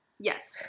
Yes